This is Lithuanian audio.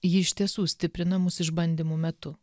ji iš tiesų stiprina mus išbandymų metu